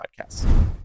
podcasts